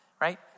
right